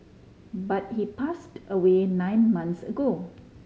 but he passed away nine months ago